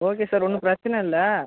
okay sir ஒன்றும் பிரச்சனை இல்லை